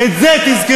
את זה תזכרו.